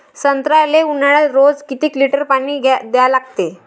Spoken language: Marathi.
संत्र्याले ऊन्हाळ्यात रोज किती लीटर पानी द्या लागते?